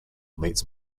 meets